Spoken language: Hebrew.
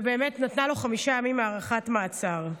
ובאמת נתנה לו חמישה ימים הארכת מעצר.